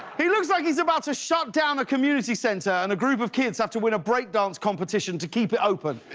he looked like he's about to shut down a community center and a group of kids have to win a break dance competition to keep it open.